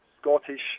Scottish